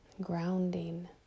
grounding